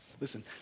listen